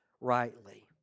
rightly